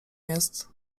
jest